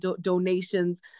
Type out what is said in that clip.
donations